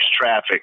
traffic